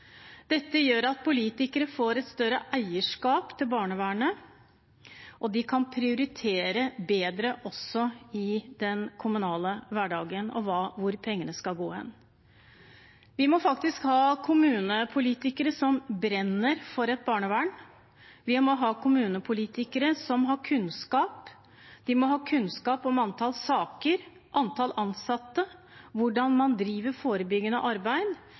Dette gjør at politikere får et større eierskap til barnevernet, og de kan også prioritere bedre i den kommunale hverdagen hvor pengene skal gå hen. Vi må faktisk ha kommunepolitikere som brenner for et barnevern. Vi må ha kommunepolitikere som har kunnskap. De må ha kunnskap om antall saker, antall ansatte, hvordan man driver forebyggende arbeid,